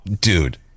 dude